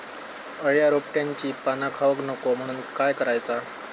अळ्या रोपट्यांची पाना खाऊक नको म्हणून काय करायचा?